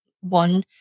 one